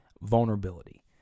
vulnerability